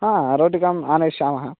हा रोटिकाम् आनयिष्यामः